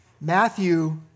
Matthew